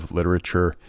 literature